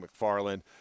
McFarland